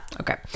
Okay